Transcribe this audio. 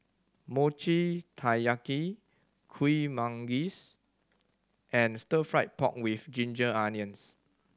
Mochi Taiyaki Kuih Manggis and Stir Fried Pork With Ginger Onions